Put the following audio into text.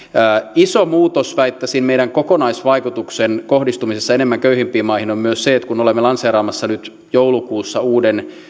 iso muutos väittäisin meidän kokonaisvaikutuksen kohdistumisessa enemmän köyhimpiin maihin on myös se että kun olemme lanseeraamassa nyt joulukuussa uuden